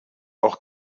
auch